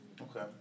Okay